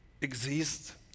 exist